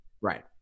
Right